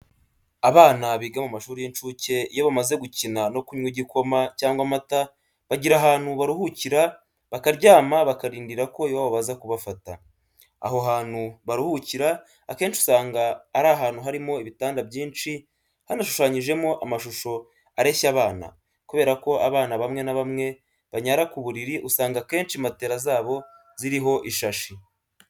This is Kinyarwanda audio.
Abana biga mu mashuri y'incuke iyo bamaze gukina no kunywa igikoma cyangwa amata, bagira ahantu baruhukira bakaryama bakarindira ko iwabo baza kubafata, aho hantu baruhukira akenshi usanga ari ahantu harimo ibitanda byinshi, hanashushanyijemo amashusho areshya abana, kubera ko abana bamwe na bamwe banyara ku buriri, usanga akenshi matera zabo ziriho ishashi.